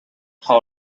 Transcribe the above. her